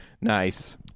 Nice